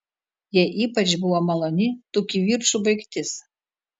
jai ypač buvo maloni tų kivirčų baigtis